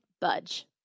budge